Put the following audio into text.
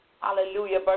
hallelujah